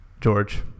George